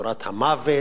מדורת המוות